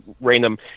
random